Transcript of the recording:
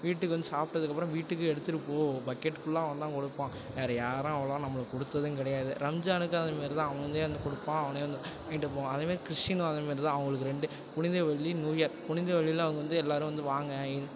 வீட்டுக்கு வந்து சாப்பிட்டதுக்கு அப்புறம் வீட்டுக்கு எடுத்துகிட்டு போ பக்கெட் ஃபுல்லாக அவன் தான் கொடுப்பான் வேறு யாரும் அவ்வளோவா நம்மளுக்கு கொடுத்ததும் கிடையாது ரம்ஜானுக்கும் அது மாரி தான் அவனே வந்து கொடுப்பான் அவனே வந்து வாங்கிட்டு போவான் அதை மாரி கிறிஸ்டீனும் அதை மாரி தான் அவர்களுக்கு ரெண்டு புனித வெள்ளி நியூ இயர் புனித வெள்ளியில அவங்க வந்து எல்லோரும் வந்து வாங்க எங்